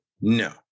No